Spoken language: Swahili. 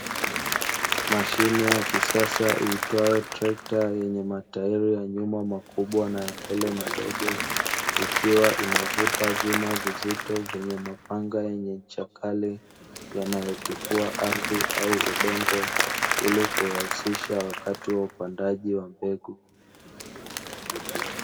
Mashine ya kisasa iitwayo trekta, yenye matairi ya nyuma makubwa na ya mbele madogo, ikiwa inavuta vyuma vizito vyenye mapanga yenye ncha kali, yanayotifua ardhi au udongo, ili kurahisisha wakati wa upandaji wa mbegu.